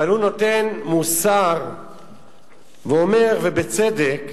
אבל הוא נותן מוסר ואומר, ובצדק,